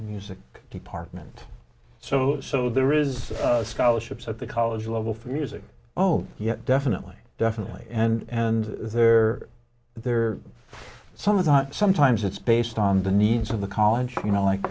music department so so there is scholarships at the college level for music oh yeah definitely definitely and they're there for some of the sometimes it's based on the needs of the college you know like